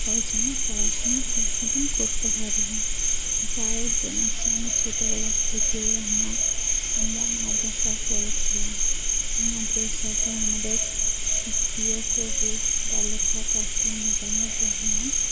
ওর জন্য পড়াশোনা ঠিকমতো করতে পারিনি যাই হোক জেনেছি আমি ছোটোবেলার থেকেই আম আমরা মাদ্রাসায় পড়েছিলাম মাদ্রাসাতে আমাদের এক প্রিয় কবি বা লেখক আছেন মিজানুর রহমান